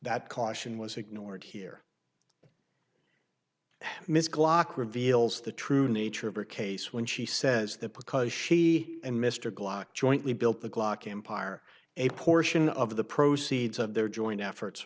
that caution was ignored here ms glock reveals the true nature of her case when she says that because she and mr glock jointly built the glock empire a portion of the proceeds of their joint effort